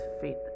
faith